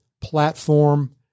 platform